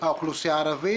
האוכלוסייה הערבית,